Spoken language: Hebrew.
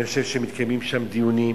ואני חושב שמתקיימים שם דיונים,